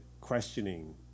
questioning